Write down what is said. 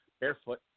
barefoot